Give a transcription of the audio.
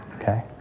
okay